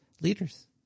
leaders